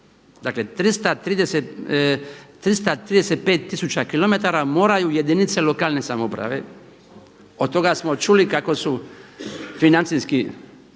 Dakle 335 tisuća kilometara moraju jedinice lokalne samouprave, od toga smo čuli kako su financijski